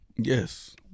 yes